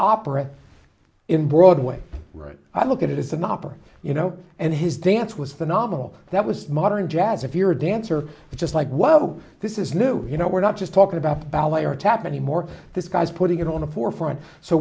operates in broadway right i look at it it's an opera you know and his dance was phenomenal that was modern jazz if you're a dancer just like wow this is new you know we're not just talking about ballet or tap anymore this guy's putting it on the forefront so